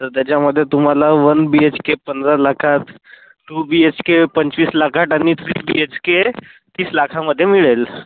तर त्याच्यामध्ये तुम्हाला वन बी एच के पंधरा लाखात टू बी एच के पंचवीस लाखात आणि थ्री बी एच के तीस लाखामध्ये मिळेल